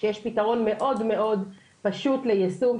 שיש פתרון מאוד מאוד פשוט ליישום,